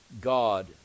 God